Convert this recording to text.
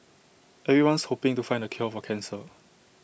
everyone's hoping to find the cure for cancer